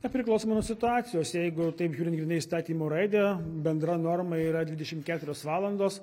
nepriklausomai nuo situacijos jeigu taip žiūrint grynai įstatymo raidę bendra norma yra dvidešimt keturios valandos